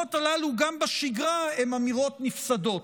האמירות הללו גם בשגרה הן אמירות נפסדות,